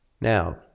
Now